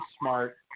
smart